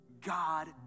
God